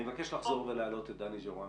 אני פונה שוב לדני ז'ורנו